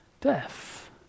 death